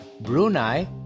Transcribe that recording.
Brunei